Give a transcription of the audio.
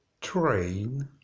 Train